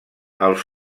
els